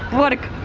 work,